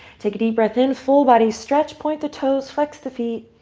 take a deep breath in. fully body stretch. point the toes. flex the feet.